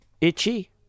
itchy